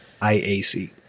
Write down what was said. IAC